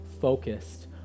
focused